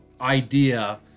idea